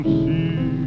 see